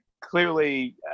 clearly